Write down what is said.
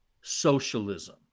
socialism